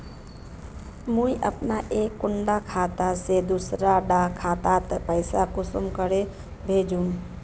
मुई अपना एक कुंडा खाता से दूसरा डा खातात पैसा कुंसम करे भेजुम?